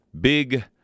big